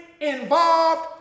involved